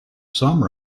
some